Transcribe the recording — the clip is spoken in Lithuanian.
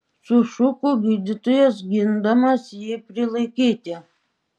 sušuko gydytojas gindamas jį prilaikyti